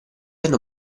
hanno